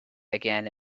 again